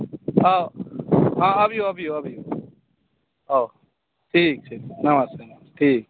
हँ हँ अबियौ अबियौ अबियौ आउ ठीक छै नमस्कार ठीक छै